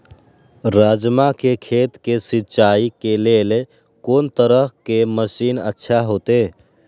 राजमा के खेत के सिंचाई के लेल कोन तरह के मशीन अच्छा होते?